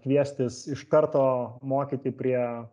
kviestis iš karto mokyti prie